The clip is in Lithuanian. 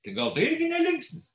tai gal tai irgi ne linksnis